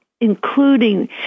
including